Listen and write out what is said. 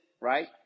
right